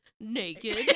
naked